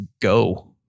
go